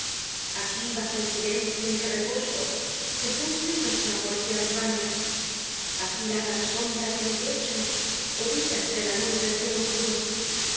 aquí bajo el silencio en que reposo se funden los clamores de las ramblas aquí lava la sombra de mi pecho heridas de la luz del cielo crudo